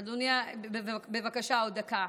אדוני, בבקשה, עוד דקה.